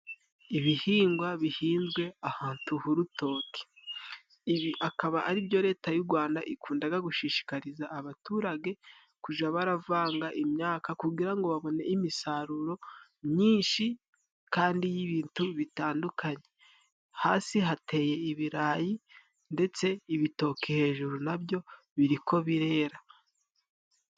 Ibihingwa bihinzwe ahantu h'urutoke, ibi akaba ari byo Leta y'u Gwanda ikundaga gushishikariza abaturage kuja baravanga imyaka, kugira ngo babone imisaruro myinshi kandi y'ibintu bitandukanye. Hasi hateye ibirayi, ndetse ibitoki hejuru na byo biriko birera.